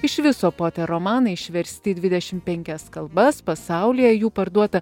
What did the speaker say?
iš viso poter romanai išversti į dvidešimt penkias kalbas pasaulyje jų parduota